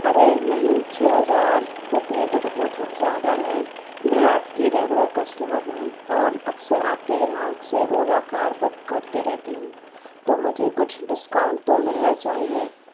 ارے نہیں چھ ہزار روپئے تو بہت زیادہ ہیں میں آپ کی ریگولر کسٹمر ہوں اور اکثر آپ کے یہاں سے اولا کار بک کرتی رہتی ہوں تو مجھے کچھ ڈسکاؤنٹ تو ملنا چاہیے